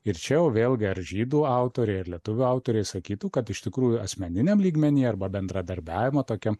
ir čia jau vėlgi ar žydų autoriai ar lietuvių autoriai sakytų kad iš tikrųjų asmeniniam lygmenyje arba bendradarbiavimo tokiam